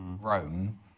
Rome